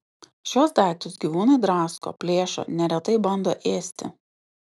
šiuos daiktus gyvūnai drasko plėšo neretai bando ėsti